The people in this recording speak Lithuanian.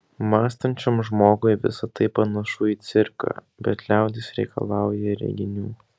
mąstančiam žmogui visa tai panašu į cirką bet liaudis reikalauja reginių